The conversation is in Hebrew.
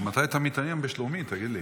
ממתי אתה מתעניין בשלומי, תגיד לי?